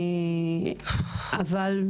אבל,